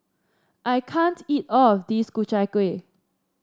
I can't eat all of this Ku Chai Kueh